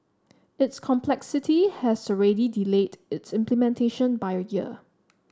its complexity has already delayed its implementation by a year